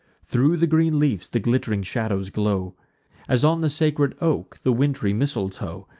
thro' the green leafs the glitt'ring shadows glow as, on the sacred oak, the wintry mistletoe,